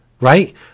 right